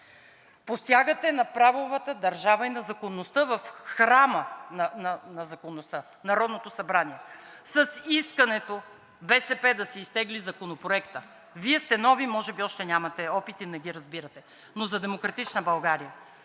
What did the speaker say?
Посягате на правовата държава и на законността в храма на законността – Народното събрание, с искането БСП да си изтегли Законопроекта. Вие сте нови и още може би нямате опит и не ги разбирате, но „Демократична България“,